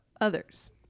others